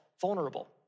vulnerable